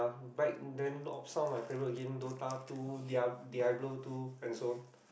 back then of some of my favourite games Dota two dia~ Diablo two and so on